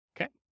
Okay